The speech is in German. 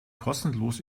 kostenlos